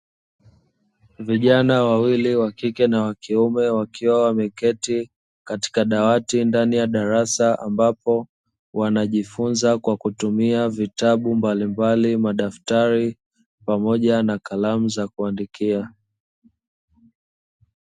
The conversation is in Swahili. Vijana wawili wakike na wakiume wakiwa wameketi katika dawati ndani ya darasa ambapo wanajifunza kwa kutumia vitabu mbalimbali, madaftari pamoja na kalamu za kuandikia.